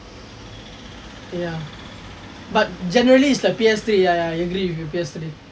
ya but generally is the P_S three ya I agree with you P_S three